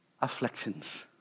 afflictions